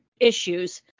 issues